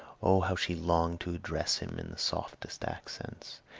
o how she longed to address him in the softest accents,